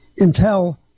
Intel